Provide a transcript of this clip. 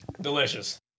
Delicious